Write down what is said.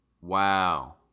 Wow